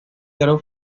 diario